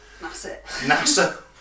NASA